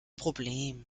problem